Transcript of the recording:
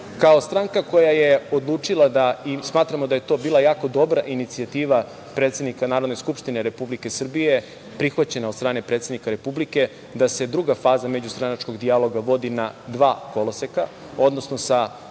stranka koja je odlučila da, i smatramo da je to bila jako dobra inicijativa predsednika Narodne skupštine Republike Srbije, prihvaćena od strane predsednika Republike da se druga faza međustranačkog dijaloga vodi na dva koloseka, odnosno sa